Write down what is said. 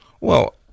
Well-